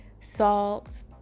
salt